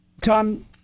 Tom